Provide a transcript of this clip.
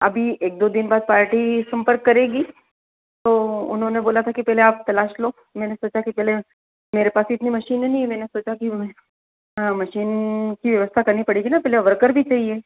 अभी एक दो दिन बाद पार्टी सम्पर्क करेगी तो उन्होंने बोला था कि पहले आप तलाश लो मैंने सोचा कि पहले मेरे पास इतनी मशीने नहीं है मैंने सोचा कि मैं हाँ मशीन की व्यवस्था करनी पड़ेगी न पहले वर्कर्स भी चाहिए